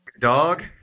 Dog